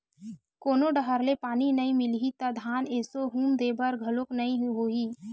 कोनो डहर ले पानी नइ मिलही त धान एसो हुम दे बर घलोक नइ होही